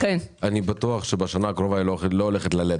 אני בטוח שבשנה הקרובה היא לא הולכת ללדת...